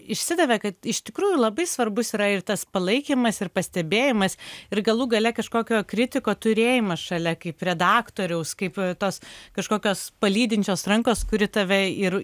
išsidavė kad iš tikrųjų labai svarbus yra ir tas palaikymas ir pastebėjimas ir galų gale kažkokio kritiko turėjimas šalia kaip redaktoriaus kaip tos kažkokios palydinčios rankos kuri tave ir